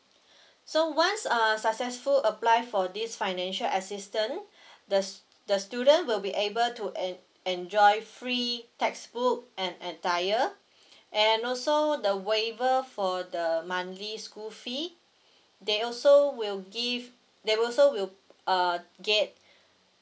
so once uh successful apply for this financial assistance the the student will be able to en~ enjoy free textbook and attire and also the waiver for the monthly school fee they also will give they also will uh get